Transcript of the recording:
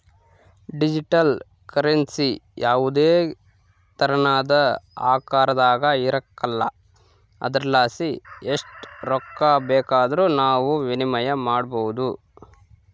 digital currency ಯಾವುದೇ ತೆರನಾದ ಆಕಾರದಾಗ ಇರಕಲ್ಲ ಆದುರಲಾಸಿ ಎಸ್ಟ್ ರೊಕ್ಕ ಬೇಕಾದರೂ ನಾವು ವಿನಿಮಯ ಮಾಡಬೋದು